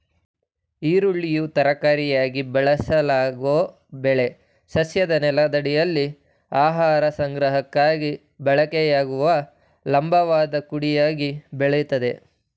ಈರುಳ್ಳಿಯು ತರಕಾರಿಯಾಗಿ ಬಳಸಲಾಗೊ ಬೆಳೆ ಸಸ್ಯದ ನೆಲದಡಿಯಲ್ಲಿ ಆಹಾರ ಸಂಗ್ರಹಕ್ಕಾಗಿ ಬಳಕೆಯಾಗುವ ಲಂಬವಾದ ಕುಡಿಯಾಗಿ ಬೆಳಿತದೆ